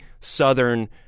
southern